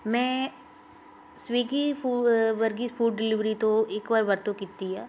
ਮੈਂ ਸਵਿਗੀ ਫੂ ਵਰਗੀ ਫੂਡ ਡਿਲੀਵਰੀ ਤੋਂ ਇੱਕ ਵਾਰ ਵਰਤੋਂ ਕੀਤੀ ਆ